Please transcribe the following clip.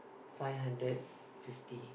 fine hundred fifty